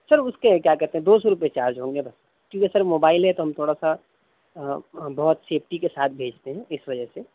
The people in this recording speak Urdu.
سر اس کے ہیں کیا کہتے ہیں دو سو روپئے چارج ہوں گے بس ٹھیک ہے سر موبائل ہے تو ہم تھوڑا سا بہت سیفٹی کے ساتھ بھیجتے ہیں اس وجہ سے